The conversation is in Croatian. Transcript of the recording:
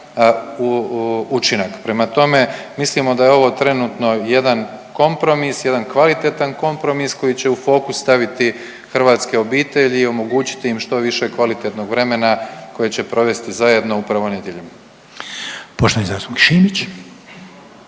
učinak. Prema tome, mislimo da je ovo trenutno jedan kompromis, jedan kvalitetan kompromis koji će u fokus staviti hrvatske obitelji i omogućiti im što više kvalitetnog vremena koje će provesti zajedno upravo nedjeljom. **Reiner,